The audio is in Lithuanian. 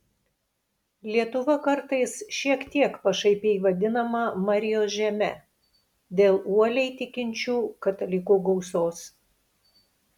lietuva kartais šiek tiek pašaipiai vadinama marijos žeme dėl uoliai tikinčių katalikų gausos